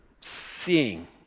Seeing